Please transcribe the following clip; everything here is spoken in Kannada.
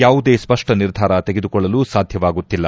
ಯಾವುದೇ ಸ್ವಕ್ಷ ನಿರ್ಧಾರ ತೆಗೆದುಕೊಳ್ಳಲು ಸಾಧ್ಯವಾಗುತ್ತಿಲ್ಲ